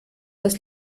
das